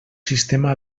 sistema